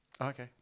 Okay